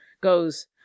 goes